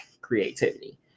creativity